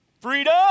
freedom